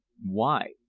why?